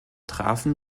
trafen